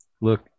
Look